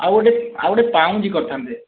ଆଉ ଗୋଟେ ଆଉ ଗୋଟେ ପାଉଁଜି କରିଥାନ୍ତେ